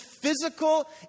physical